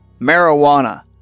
marijuana